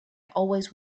always